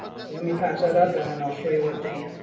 so let me patch that up and then i'll show you what the,